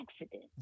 accident